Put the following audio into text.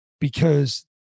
because-